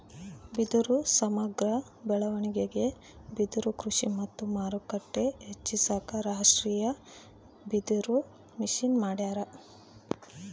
ಬಿದಿರು ಸಮಗ್ರ ಬೆಳವಣಿಗೆಗೆ ಬಿದಿರುಕೃಷಿ ಮತ್ತು ಮಾರುಕಟ್ಟೆ ಹೆಚ್ಚಿಸಾಕ ರಾಷ್ಟೀಯಬಿದಿರುಮಿಷನ್ ಮಾಡ್ಯಾರ